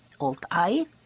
Alt-I